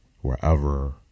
wherever